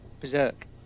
Berserk